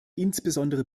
insbesondere